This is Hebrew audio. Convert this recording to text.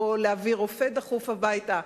או להביא דחוף רופא הביתה,